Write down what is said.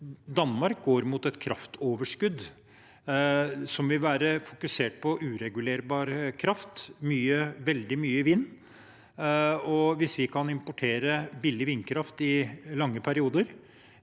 Danmark går mot et kraftoverskudd som vil være fokusert på uregulerbar kraft, veldig mye vind, og hvis vi kan importere billig vindkraft i lange perioder,